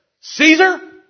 Caesar